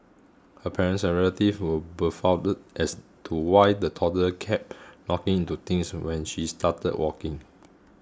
her parents and relatives were befuddled as to why the toddler kept knocking into things when she started walking